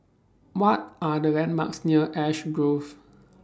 What Are The landmarks near Ash Grove